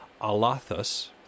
Alathus